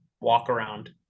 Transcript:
walk-around